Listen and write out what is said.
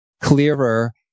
clearer